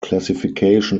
classification